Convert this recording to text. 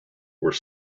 were